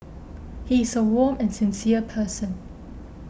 he is a warm and sincere person